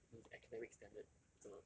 his academic standard 这么